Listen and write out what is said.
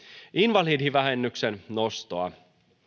invalidivähennyksen nostoa